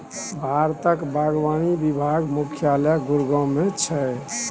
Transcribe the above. भारतक बागवानी विभाग मुख्यालय गुड़गॉव मे छै